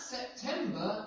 September